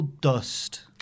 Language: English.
dust